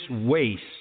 waste